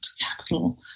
capital